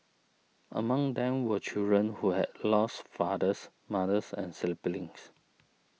among them were children who had lost fathers mothers and siblings